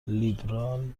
لیبرال